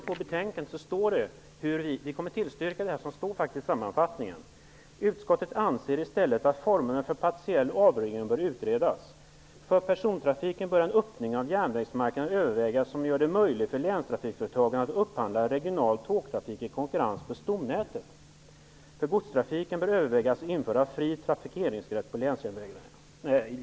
På betänkandets framsida finns en sammanfattning, där det heter: ''Utskottet anser i stället att formerna för en partiell avreglering bör utredas. För persontrafiken bör en öppning av järnvägsmarknaden övervägas som gör det möjligt för länstrafikföretagen att upphandla regional tågtrafik i konkurrens på stomnätet. För godstrafiken bör övervägas att införa fri trafikeringsrätt på länsjärnvägarna.''